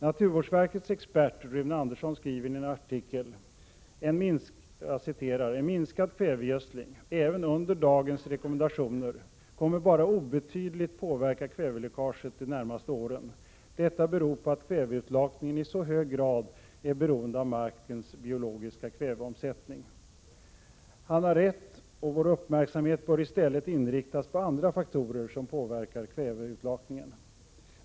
Naturvårdsverkets expert Rune Andersson skriver i en artikel: ”En minskad kvävegödsling — även under dagens rekommendationer — kommer bara obetydligt påverka kväveläckaget de närmaste åren. Detta beror på att kväveutlakningen i så hög grad är beroende av markens biologiska kväveomsättning.” Han har rätt, och vår uppmärksamhet bör i stället inriktas på andra faktorer som påverkar kväveutlakningen.